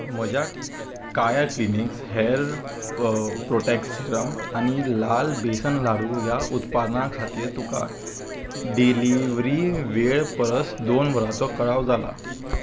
म्हज्या Kaya clinics hair protect serum आनी लाल बेसन लाडू ह्या उत्पादनां खातीर तुका डिलिव्हरी वेळ परस दोन वरांचो कळाव जाला